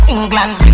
England